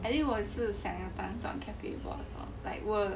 I think 我也是想要当 cafe boss lor like 我